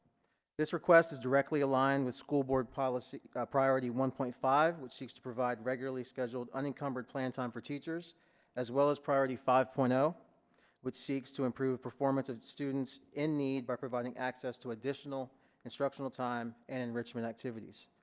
this request is directly aligned with school board policy priority one point five which seeks to provide regularly scheduled unencumbered planning time for teachers as well as priority five point zero which seeks to improve performance of students in need by providing access to additional instructional time and enrichment activities.